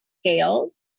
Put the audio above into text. scales